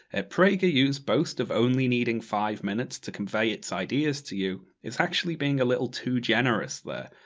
and prageru's boast, of only needing five minutes to convey its ideas to you, is actually being a little too generous there.